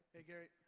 hey gary.